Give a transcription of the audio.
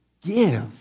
give